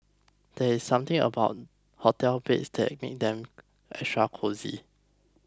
there is something about hotel beds that makes them extra cosy